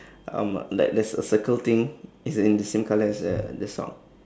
um like there's a circle thing it's in the same colour as the the sock